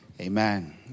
Amen